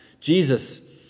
Jesus